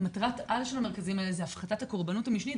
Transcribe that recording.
מטרת העל של המרכזים האלה זה הפחתת הקורבנות המשנית,